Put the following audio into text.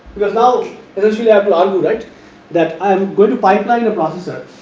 because now essentially have um to right that i am going to pipeline a processor,